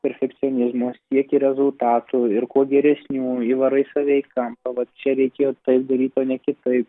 perfekcionizmo sieki rezultatų ir kuo geresnių įvarai save į kampą va čia reikėjo taip daryt o ne kitaip